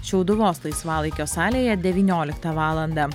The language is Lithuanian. šiauduvos laisvalaikio salėje devyniolika valandą